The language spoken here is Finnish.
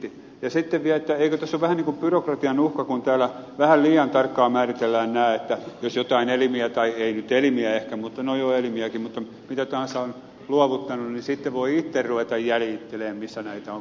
sitten vielä eikö tässä ole vähän niin kuin byrokratian uhka kun täällä vähän liian tarkkaan määritellään nämä että jos joitain elimiä tai ei nyt elimiä ehkä no joo elimiäkin mutta mitä tahansa on luovuttanut niin sitten voi itse ruveta jäljittelemään missä näitä on kaikkia käytetty